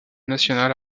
national